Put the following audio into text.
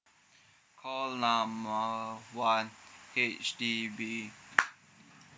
call number one H_D_B